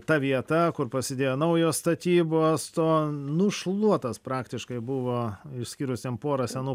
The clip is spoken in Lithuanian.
ta vieta kur prasidėjo naujos statybos tuo nušluotas praktiškai buvo išskyrus ten porą senų